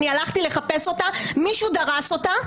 אני הלכתי לחפש אותה אבל מישהו דרס אותה.